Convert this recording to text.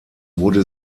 wurde